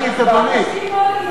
מבקשים הצבעה חוזרת.